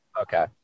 okay